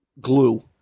glue